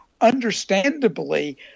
understandably